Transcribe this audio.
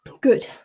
Good